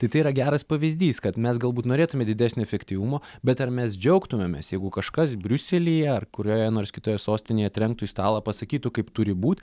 tai tai yra geras pavyzdys kad mes galbūt norėtume didesnio efektyvumo bet ar mes džiaugtumėmės jeigu kažkas briuselyje ar kurioje nors kitoje sostinėje trenktų į stalą pasakytų kaip turi būt